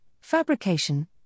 fabrication